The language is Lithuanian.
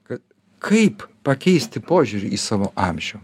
kad kaip pakeisti požiūrį į savo amžių